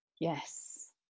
Yes